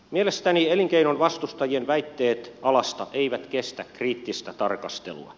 mielestäni elinkeinon vastustajien väitteet alasta eivät kestä kriittistä tarkastelua